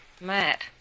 Matt